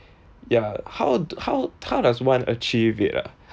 yeah how how how does one achieve it ah